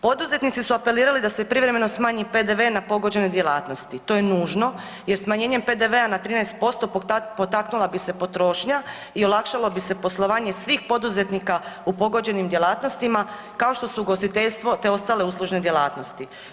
Poduzetnici su apelirali da se privremeno smanji PDV na pogođene djelatnosti, to je nužno jer smanjenjem PDV na 13% potaknula bi se potrošnja i olakšalo bi se poslovanje svih poduzetnika u pogođenim djelatnostima kao što su ugostiteljstvo te ostale uslužne djelatnosti.